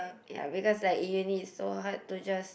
ya because like in uni it's so hard to just